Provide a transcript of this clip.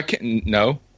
No